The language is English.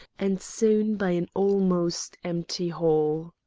and soon by an almost empty hall.